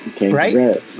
right